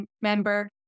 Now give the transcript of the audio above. member